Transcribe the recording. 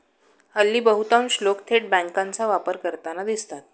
हल्ली बहुतांश लोक थेट बँकांचा वापर करताना दिसतात